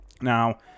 Now